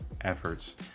efforts